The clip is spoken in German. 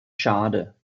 schade